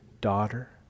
daughter